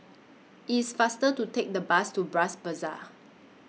IT IS faster to Take The Bus to Bras Basah